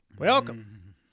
Welcome